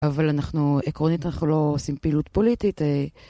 אבל אנחנו, עקרונית אנחנו לא עושים פעילות פוליטית.